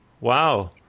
Wow